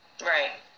Right